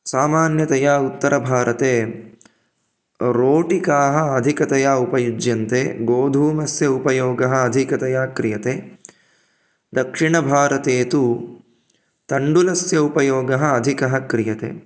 सामान्यतया उत्तरभारते रोटिकाः अधिकतया उपयुजन्ते गोधूमस्य उपयोगः अधिकतया क्रियते दक्षिणभारते तु तण्डुलस्य उपयोगः अधिकः क्रियते